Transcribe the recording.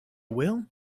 will